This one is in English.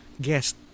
guest